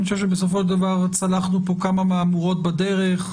אני חושב שבסופו של דבר צלחנו פה כמה מהמורות בדרך,